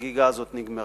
החגיגה הזאת נגמרה.